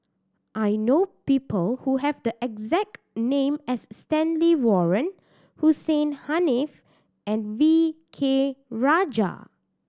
I know people who have the exact name as Stanley Warren Hussein Haniff and V K Rajah